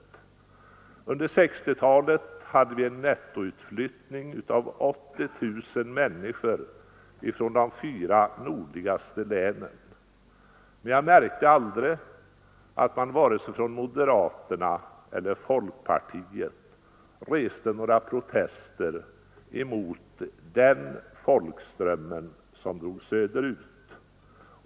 Under 1960-talet hade vi en nettoutflyttning av 80 000 människor från de fyra nordligaste länen. Jag märkte aldrig att man vare sig från moderaternas sida eller från folkpartiets sida reste några protester mot den folkström som drog söderut.